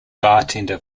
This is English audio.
bartender